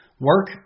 Work